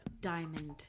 Diamond